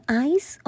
eyes